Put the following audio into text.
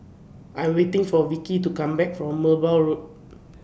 I Am waiting For Vickey to Come Back from Merbau Road